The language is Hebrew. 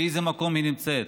באיזה מקום היא נמצאת.